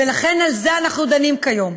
ולכן, בזה אנחנו דנים כיום.